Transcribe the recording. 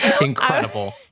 Incredible